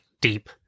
deep